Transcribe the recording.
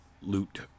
Loot